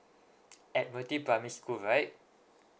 admiralty primary school right